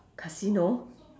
casino